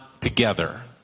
together